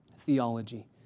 theology